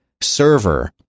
server